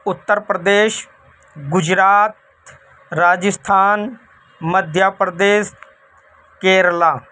Uttar Pradesh Gujarat Rajasthan Madhya Pradesh Kerala